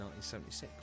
1976